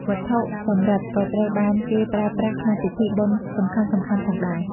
វត្ថុសំរឹទ្ធិក៏ត្រូវបានគេប្រើប្រាស់ក្នុងពិធីបុណ្យសំខាន់ៗផងដែរ។